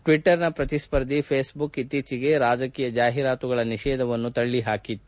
ಟ್ವಿಟ್ನರ್ನ ಪ್ರತಿಸ್ಪರ್ಧಿ ಫೇಸ್ಬುಕ್ ಇತ್ತೀಚಿಗೆ ರಾಜಕೀಯ ಜಾಹೀರಾತುಗಳ ನಿಷೇಧವನ್ನು ತಳ್ಳಿಹಾಕಿತ್ತು